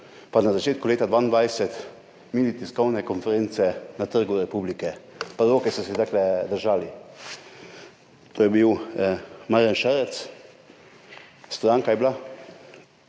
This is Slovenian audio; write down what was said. pa na začetku leta 2022 mini tiskovne konference na Trgu republike, pa roke so si takole držali. To je bil Marjan Šarec, stranka je bila,